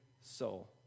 soul